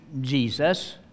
Jesus